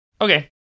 Okay